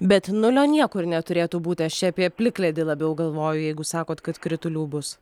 bet nulio niekur neturėtų būti aš čia apie plikledį labiau galvoju jeigu sakot kad kritulių bus